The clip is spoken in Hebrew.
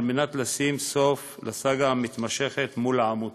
כדי לשים סוף לסאגה המתמשכת מול העמותה.